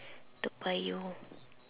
toa payoh